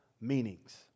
meanings